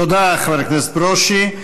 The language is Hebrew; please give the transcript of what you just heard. תודה, חבר הכנסת ברושי.